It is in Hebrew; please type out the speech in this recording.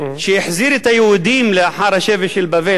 שהחזיר את היהודים לאחר השבי של בבל,